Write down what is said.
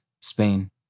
Spain